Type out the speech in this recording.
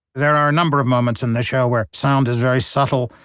there are a number of moments in the show where sound is very subtle,